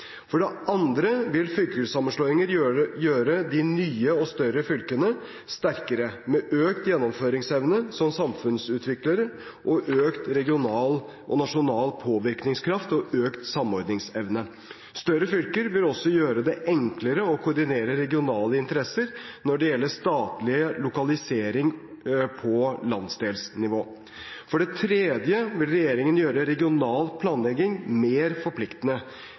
For det andre vil fylkessammenslåinger gjøre de nye og større fylkene sterkere, med økt gjennomføringsevne som samfunnsutviklere, økt regional og nasjonal påvirkningskraft og økt samordningsevne. Større fylker vil også gjøre det enklere å koordinere regionale interesser når det gjelder statlig lokalisering på landsdelsnivå. For det tredje vil regjeringen gjøre regional planlegging mer forpliktende.